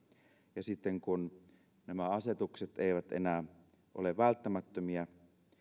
ja sitten kun nämä asetukset eivät enää ole välttämättömiä